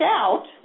out